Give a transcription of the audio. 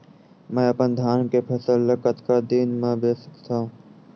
मैं अपन धान के फसल ल कतका दिन म बेच सकथो?